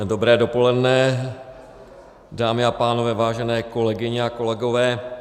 Dobré dopoledne, dámy a pánové, vážené kolegyně a kolegové.